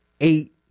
Eight